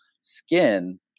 skin